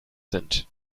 sind